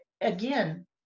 again